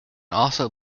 also